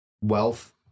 wealth